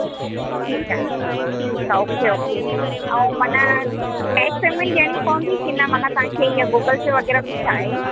अच्छा ठीकु आहे ठीकु आहे ओके ओके ऐं माना कैश पेमेंट ॾियणी पवंदी की न माना तव्हांखे ईअं गूगल पे वग़ैरह कुझु आहे